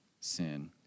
sin